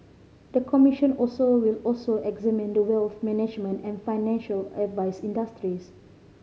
the commission also will also examine the wealth management and financial advice industries